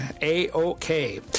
A-OK